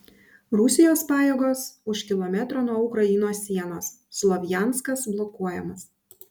rusijos pajėgos už kilometro nuo ukrainos sienos slovjanskas blokuojamas